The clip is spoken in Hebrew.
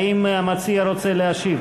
האם המציע רוצה להשיב?